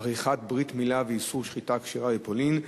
עריכת ברית-מילה ואיסור שחיטה כשרה בפולין,